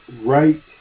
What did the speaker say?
right